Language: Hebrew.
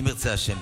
אם ירצה השם,